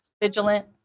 vigilant